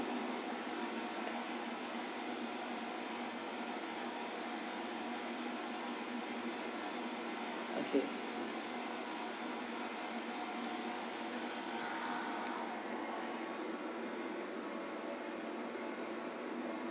okay